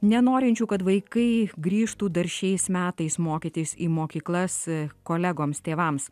nenorinčių kad vaikai grįžtų dar šiais metais mokytis į mokyklas kolegoms tėvams